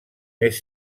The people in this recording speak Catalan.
més